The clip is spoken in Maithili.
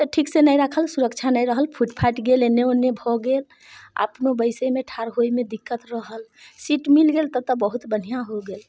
आओर ठीकसँ नहि रक्खल सुरक्षा नहि रहल फुटि फाटि गेल एन्ने ओन्ने भऽ गेल अपनो बैसैमे ठार होइमे दिक्कत रहल सीट मिल गेलैइ तब तऽ बहुत बढ़िआँ हो गेल